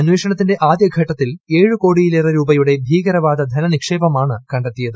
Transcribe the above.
അന്വേഷണത്തിന്റെ ആദ്യുക്യത്തിൽ ഏഴുകോടിയിലേറെ രൂപയുടെ ഭീകരവാദ ധന നിക്ഷേപമാണ് കണ്ടെത്തിയത്